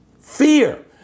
fear